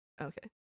okay